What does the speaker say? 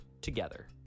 together